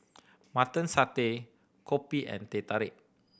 Mutton Satay kopi and Teh Tarik